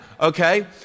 okay